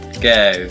go